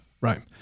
right